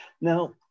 Now